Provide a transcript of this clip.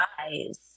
eyes